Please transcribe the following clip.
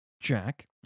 Jack